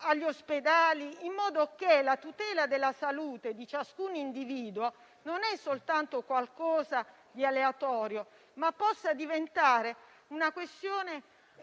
agli ospedali, in modo che la tutela della salute di ciascun individuo non sia soltanto qualcosa di aleatorio, ma possa diventare una questione